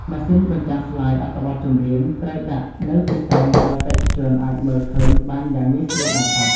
ម៉ាស៊ីនបញ្ចាំងស្លាយអត្ថបទចម្រៀងត្រូវដាក់នៅទីតាំងដែលបេក្ខជនអាចមើលឃើញបានយ៉ាងងាយស្រួលបំផុត។